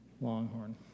Longhorn